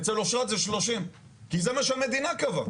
אצל אושרת זה 30. כי זה מה שהמדינה קבעה.